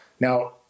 Now